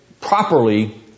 properly